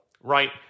right